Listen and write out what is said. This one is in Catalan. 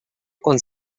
quan